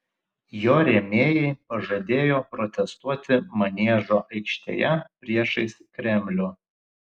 jo rėmėjai pažadėjo protestuoti maniežo aikštėje priešais kremlių